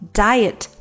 diet